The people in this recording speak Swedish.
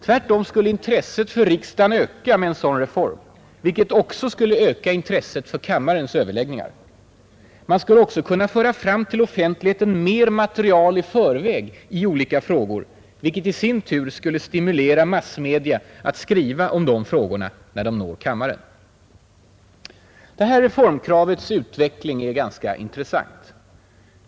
Tvärtom skulle intresset för riksdagen öka med en sådan reform, vilket också skulle öka intresset för kammarens överläggningar. Man skulle också kunna föra fram till offentligheten mer material i förväg i olika frågor, vilket i sin tur skulle stimulera massmedia att skriva om de frågorna när de når kammaren. Det här reformkravets utveckling är ganska intressant.